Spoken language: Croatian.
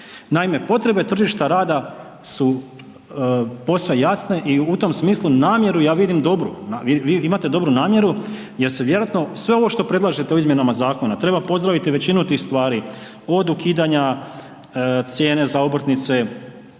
Naime, potrebe tržišta rada su posve jasne i u tom smislu namjeru ja vidim dobru, imate dobru namjeru jer se vjerojatno sve ovo što predlažete u izmjenama zakona, treba pozdraviti većinu tih stvari, od ukidanja cijene za obrtnice,